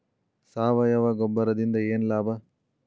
ಸಾವಯವ ಗೊಬ್ಬರದಿಂದ ಏನ್ ಲಾಭ?